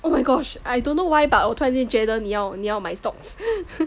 oh my gosh I don't know why but 我突然间觉得你要你要买 stocks